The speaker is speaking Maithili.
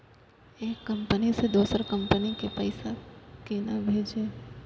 एक कंपनी से दोसर कंपनी के पैसा केना भेजये?